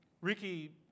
Ricky